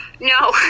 no